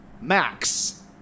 Max